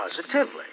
positively